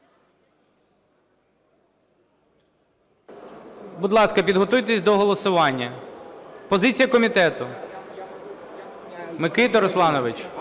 Позиція комітету.